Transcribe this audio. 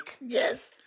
Yes